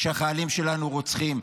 שהחיילים שלנו רוצחים,